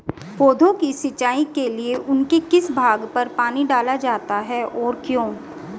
पौधों की सिंचाई के लिए उनके किस भाग पर पानी डाला जाता है और क्यों?